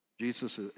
Jesus